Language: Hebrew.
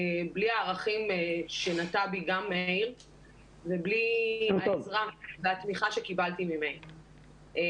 בלי הערכים שנטע בי גם מאיר ובלי העזרה והתמיכה שקיבלתי ממאיר.